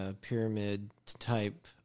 pyramid-type